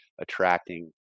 attracting